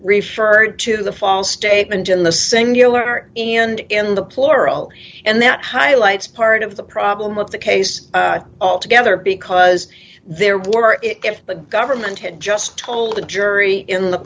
referred to the false statement in the singular and in the plural and that highlights part of the problem of the case altogether because there were if the government had just told the jury in the